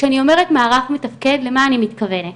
כשאני אומרת מערך מתפקד, למה אני מתכוונת.